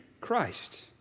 Christ